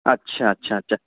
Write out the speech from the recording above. اچھا اچھا اچھا